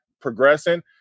progressing